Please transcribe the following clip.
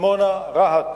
דימונה ורהט